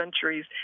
centuries